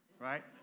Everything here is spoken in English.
right